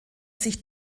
sich